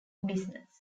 business